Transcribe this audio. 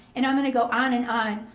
and i'm gonna go on and on,